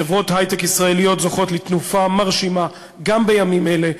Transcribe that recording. חברות היי-טק ישראליות זוכות לתנופה מרשימה גם בימים אלה.